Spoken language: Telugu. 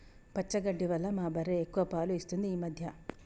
పచ్చగడ్డి వల్ల మా బర్రె ఎక్కువ పాలు ఇస్తుంది ఈ మధ్య